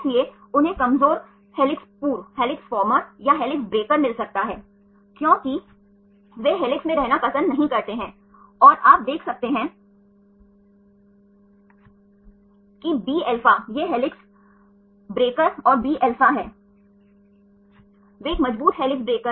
इसलिए उन्हें कमजोर हेलिक्स पूर्व या हेलिक्स ब्रेकर मिल सकता है क्योंकि वे हेलिक्स में रहना पसंद नहीं करते हैं और आप देख सकते हैं कि bα ये हेलिक्स ब्रेकर और Bα हैं वे एक मजबूत हेलिक्स ब्रेकर